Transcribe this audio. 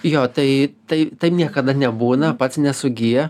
jo tai tai tai niekada nebūna pats nesugyja